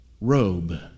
robe